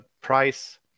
price